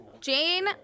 Jane